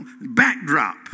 backdrop